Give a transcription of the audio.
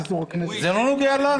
רם שפע, זה לא נוגע לנו.